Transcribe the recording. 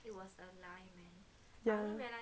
ya